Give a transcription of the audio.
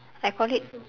I call it